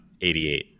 88